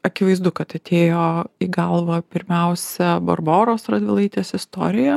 akivaizdu kad atėjo į galvą pirmiausia barboros radvilaitės istorija